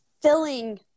filling